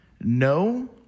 No